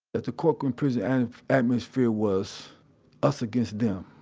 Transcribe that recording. at the corcoran prison atmosphere was us against them.